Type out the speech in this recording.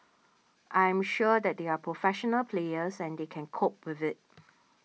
I'm sure that they are professional players and they can cope with it